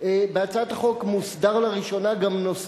בהצעת החוק מוסדר לראשונה גם נושא,